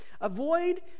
Avoid